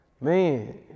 man